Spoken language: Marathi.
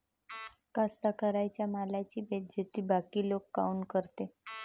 कास्तकाराइच्या मालाची बेइज्जती बाकी लोक काऊन करते?